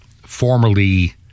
formerly